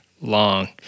long